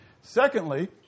Secondly